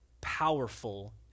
powerful